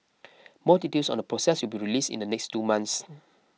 more details on the process will be released in the next two months